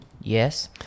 Yes